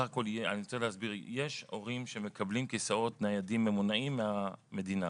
יש הורים שמקבלים כיסאות ניידים ממונעים מהמדינה.